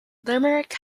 limerick